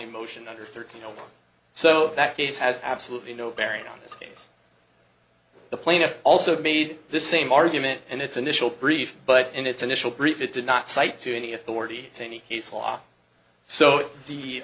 any motion under thirteen so that case has absolutely no bearing on this case the plaintiff also made the same argument and its initial brief but in its initial brief it did not cite to any authority to any case law so the